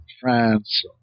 France